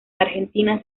argentina